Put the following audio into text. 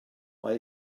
mae